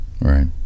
right